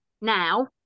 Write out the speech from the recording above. now